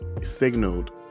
signaled